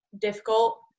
difficult